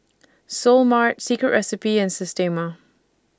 Seoul Mart Secret Recipe and Systema